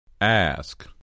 Ask